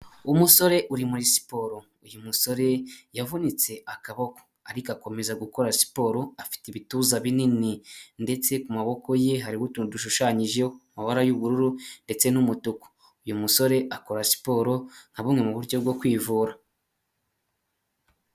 Umusore uri muri siporo, uyu musore yavunitse akaboko ariko akomeza gukora siporo, afite ibituza binini ndetse ku maboko ye hari utuntu dushushanyije mabara y'ubururu, ndetse n'umutuku uyu musore akora siporo nka bumwe mu buryo bwo kwivura.